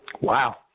Wow